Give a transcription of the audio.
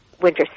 winter